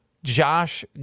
Josh